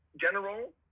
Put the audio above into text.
general